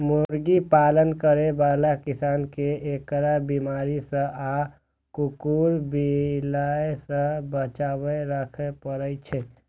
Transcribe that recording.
मुर्गी पालन करै बला किसान कें एकरा बीमारी सं आ कुकुर, बिलाय सं बचाके राखै पड़ै छै